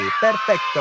Perfecto